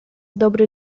dobry